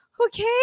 okay